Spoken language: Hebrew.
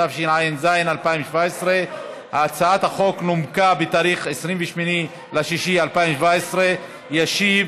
התשע"ז 2017. הצעת החוק נומקה ב-28 ביוני 2017. ישיב